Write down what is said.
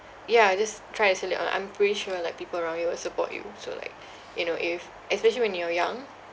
ya just try to sell it on I'm pretty sure like people around you will support you so like you know if especially when you are young